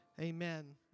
amen